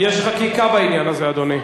יש חקיקה בעניין הזה, אדוני.